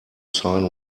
sign